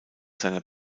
seiner